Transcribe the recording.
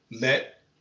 Let